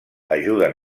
ajuden